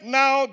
now